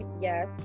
Yes